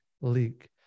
leak